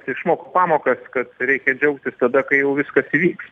išmokau pamokas kad reikia džiaugtis tada kai jau viskas įvyks